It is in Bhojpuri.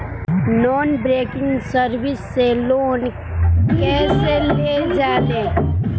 नॉन बैंकिंग सर्विस से लोन कैसे लेल जा ले?